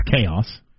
chaos